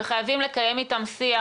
וחייבים לקיים אתם שיח.